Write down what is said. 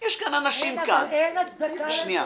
יש כאן אנשים --- אבל אין הצדקה לזה.